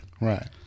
Right